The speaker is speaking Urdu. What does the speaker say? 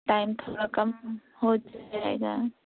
ٹائم تھوڑا کم ہو ہو جائے گا